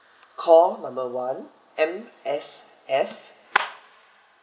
call number one M_S_F